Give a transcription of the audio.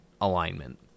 alignment